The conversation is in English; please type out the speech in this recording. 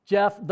Jeff